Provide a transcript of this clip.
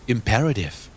Imperative